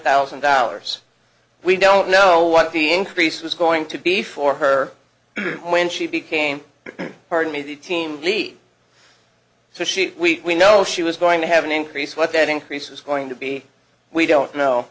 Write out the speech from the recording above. thousand dollars we don't know what the increase was going to be for her when she became part of me the team lead to shoot we know she was going to have an increase what that increase was going to be we don't know